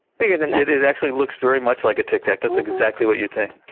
bigger than that? it actually looks very much like a tic tac. that's exactly what you'd think.